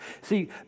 See